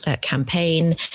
campaign